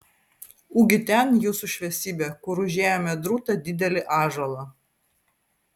ugi ten jūsų šviesybe kur užėjome drūtą didelį ąžuolą